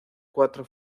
cuatro